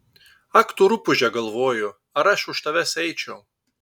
ak tu rupūže galvoju ar aš už tavęs eičiau